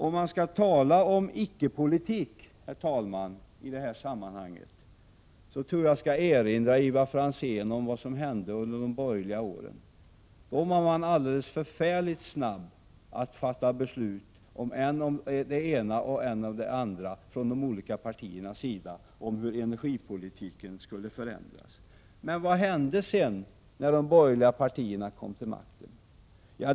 Om man skall tala om icke-politik i detta sammanhang, herr talman, tror jag att jag skall erinra Ivar Franzén om vad som hände under de borgerliga åren. Innan de borgerliga kom till makten var man från de olika partiernas sida alldeles förfärligt snabb med att fatta beslut om än det ena än det andra när det gällde hur energipolitiken skulle förändras. Men vad hände sedan när de borgerliga partierna kom till makten?